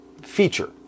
feature